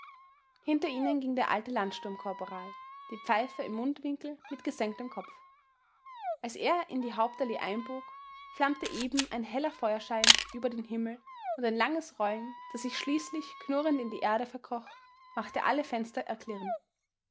hinter ihnen ging der alte landsturmkorporal die pfeife im mundwinkel mit gesenktem kopf als er in die hauptallee einbog flammte eben ein heller feuerschein über den himmel und ein langes rollen das sich schließlich knurrend in die erde verkroch machte alle fenster erklirren